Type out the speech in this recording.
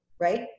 Right